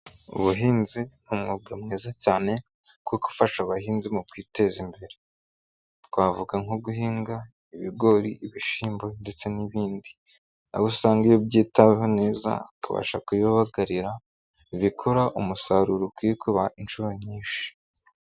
Ubuhinzi ni umwuga mwiza cyane kuko ufasha abahinzi mu kwiteza imbere, twavuga nko guhinga ibigori, ibishyimbo ndetse n'ibindi, aho usanga iyo byitaweho neza, tubasha kubibagarira, bigakora umusaruro ukikuba inshuro nyinshi.